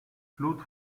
claude